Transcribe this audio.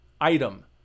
item